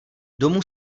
domů